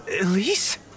Elise